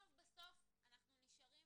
בסוף בסוף אנחנו נשארים